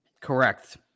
Correct